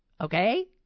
okay